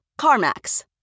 CarMax